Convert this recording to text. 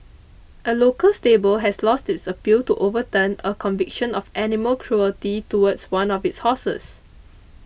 a local stable has lost its appeal to overturn a conviction of animal cruelty towards one of its horses